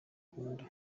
ukunda